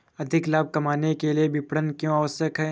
अधिक लाभ कमाने के लिए विपणन क्यो आवश्यक है?